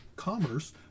commerce